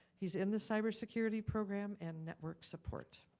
he's in the cyber security program and network support.